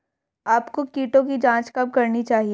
आपको कीटों की जांच कब करनी चाहिए?